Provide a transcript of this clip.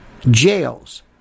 jails